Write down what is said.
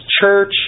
church